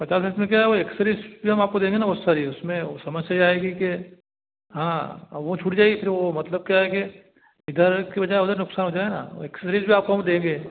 पचास इसमें क्या है वह एक्सरीज़ भी हम आपको देंगे ना वो सारी उसमें वह समस्या यह आएगी कि हाँ अब वह छूट जाएगी फिर वह मतलब क्या है कि इधर की बजाय उधर नुकसान हो जाएगा वो एक्सरीज़ जो आपको हम देंगे